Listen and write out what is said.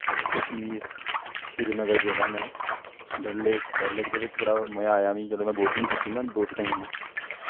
कश्मीर श्रीनगर गेदा ऐं में डल लेक डल लेक दे बिच्च बड़ा मज़ा आया मिगी जिसलै में बोटिंग कीती ना दोस्तें कन्नै